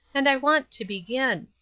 and i want to begin.